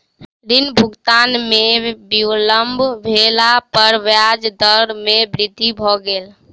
ऋण भुगतान में विलम्ब भेला पर ब्याज दर में वृद्धि भ गेल